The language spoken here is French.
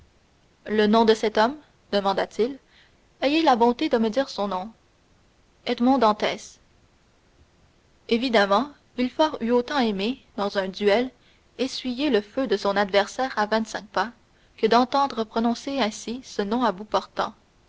le nom de cet homme demanda-t-il ayez la bonté de me dire son nom edmond dantès évidemment villefort eût autant aimé dans un duel essuyer le feu de son adversaire à vingt-cinq pas que d'entendre prononcer ainsi ce nom à bout portant